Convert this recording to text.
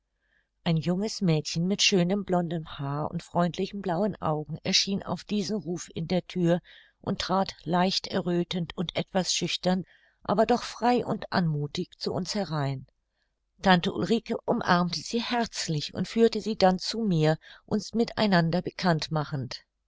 ein junges mädchen mit schönem blondem haar und freundlichen blauen augen erschien auf diesen ruf in der thür und trat leicht erröthend und etwas schüchtern aber doch frei und anmuthig zu uns herein tante ulrike umarmte sie herzlich und führte sie dann zu mir uns mit einander bekannt machend